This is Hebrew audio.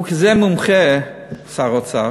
הוא כזה מומחה, שר האוצר,